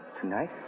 Tonight